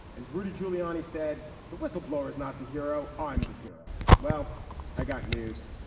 as rudy giuliani said the whistleblower is not the hero. i'm the hero. well i got news.